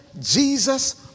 Jesus